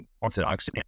orthodox